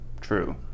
True